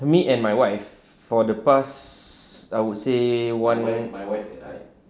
me and my wife for the past I would say one